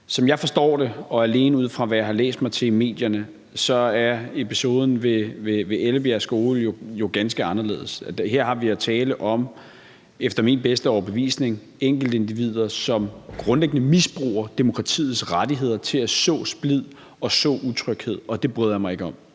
Som jeg forstår det og alene ud fra, hvad jeg har læst mig til i medierne, er episoden ved Ellebjerg Skole jo ganske anderledes. Her er der efter min bedste overbevisning tale om enkeltindivider, som grundlæggende misbruger demokratiets rettigheder til at så splid og så utryghed, og det bryder jeg mig ikke om.